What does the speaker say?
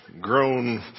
grown